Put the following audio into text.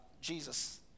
jesus